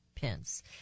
Pence